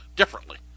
differently